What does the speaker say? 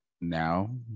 now